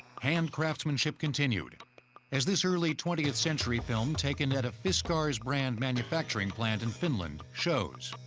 hand craftsmanship continued as this early twentieth century film, taken at a fiskars brand manufacturing plant in finland, shows.